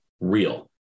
real